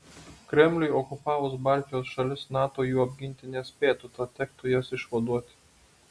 kremliui okupavus baltijos šalis nato jų apginti nespėtų tad tektų jas išvaduoti